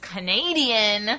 Canadian